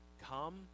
Come